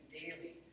daily